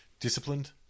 Disciplined